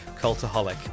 Cultaholic